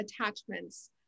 attachments